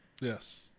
yes